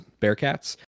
Bearcats